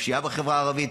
הפשיעה בחברה הערבית,